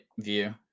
view